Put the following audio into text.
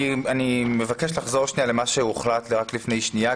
אני מבקש לחזור שנייה למה שהוחלט רק לפני שנייה,